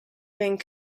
being